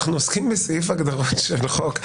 אנחנו עוסקים בסעיף הגדרות של החוק.